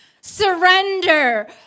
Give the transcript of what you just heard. surrender